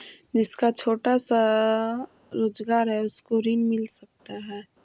जिसका छोटा सा रोजगार है उसको ऋण मिल सकता है?